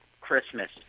Christmas